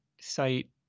site